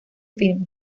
film